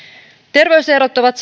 terveyserot ovat